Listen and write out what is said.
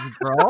bro